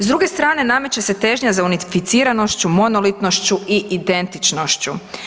S druge strane nameće se težnja za unificiranošću, monolitnošću i identičnošću.